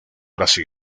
brasil